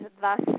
thus